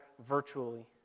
virtually